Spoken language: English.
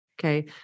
Okay